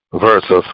versus